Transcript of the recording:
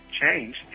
change